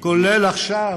תגבור.